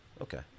Okay